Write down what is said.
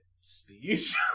speech